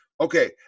Okay